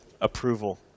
approval